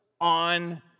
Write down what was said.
on